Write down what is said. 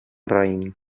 raïm